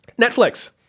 Netflix